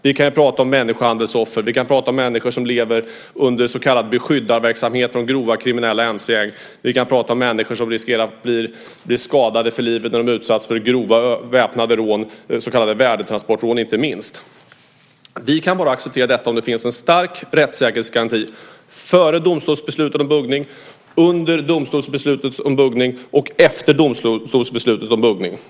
Vi kan prata om människohandelns offer, om människor som lever under så kallad beskyddarverksamhet från grovt kriminella mc-gäng och om människor som riskerar att bli skadade för livet när de utsätts för grova väpnade rån, inte minst så kallade värdetransportrån. Vi kan alltså acceptera detta verktyg bara om det finns en stark rättssäkerhetsgaranti före domstolsbeslutet om buggning, under domstolsbeslutet om buggning och efter domstolsbeslutet om buggning.